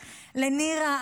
לנירה,